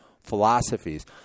philosophies